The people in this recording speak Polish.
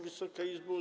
Wysoka Izbo!